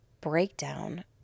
breakdown